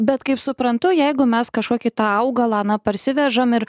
bet kaip suprantu jeigu mes kažkokį tą augalą na parsivežam ir